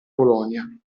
polonia